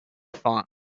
fonts